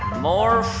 more